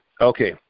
Okay